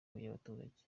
y’abaturage